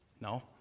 No